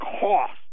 cost